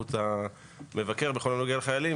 לסמכות המבקר בכל הנוגע לחיילים,